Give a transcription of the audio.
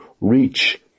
reach